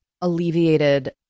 alleviated